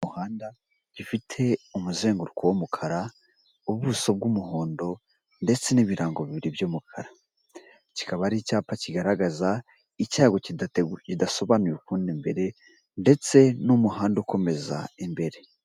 Ku muhanda gifite umuzenguruko w'umukara, ubuso bw'umuhondo, ndetse n'ibirango bibiri by'umukara, kikaba ari icyapa kigaragaza icyago kidasobanuye ukundi imbere, ndetse n'umuhanda ukomeza imbere.